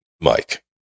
Mike